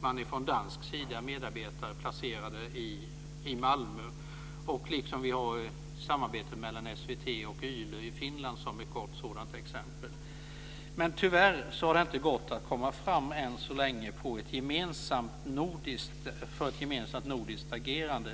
man från dansk sida medarbetare placerade i Malmö. Också samarbetet mellan SVT och YLE i Finland är ett gott sådant exempel. Tyvärr har det dock än så länge inte gått att komma fram till ett gemensamt nordiskt agerande.